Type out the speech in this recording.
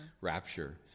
rapture